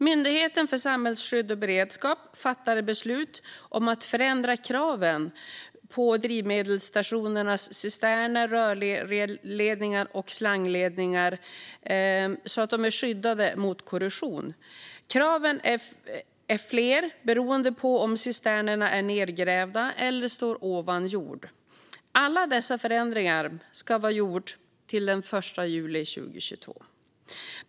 Myndigheten för samhällsskydd och beredskap har fattat beslut om att förändra kraven på drivmedelsstationers cisterner, rörledningar och slangledningar så att de är skyddade mot korrosion. Kraven är fler beroende på om cisternerna är nedgrävda eller står ovan jord. Alla dessa förändringar ska vara gjorda till den 1 juli 2022.